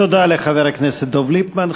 תודה לחבר הכנסת דב ליפמן.